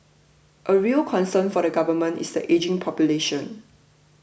a real concern for the Government is the ageing population